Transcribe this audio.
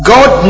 God